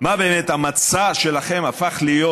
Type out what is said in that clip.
מה באמת, המצע שלכם הפך להיות